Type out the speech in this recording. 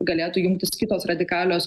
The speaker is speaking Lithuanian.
galėtų jungtis kitos radikalios